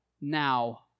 now